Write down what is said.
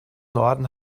norden